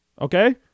Okay